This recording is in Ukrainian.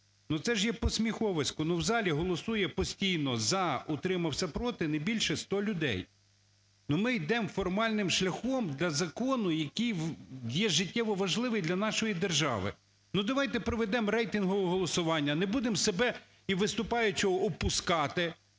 це ж є посміховисько! Ну в залі голосує постійно "за", "утрамався", "проти" не більше 100 людей. Ну ми йдем формальним шляхом до закону, який є життєво важливий для нашої держави. Ну давайте проведемо рейтингове голосування, не будемо себе і виступаючого опускати.